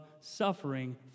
suffering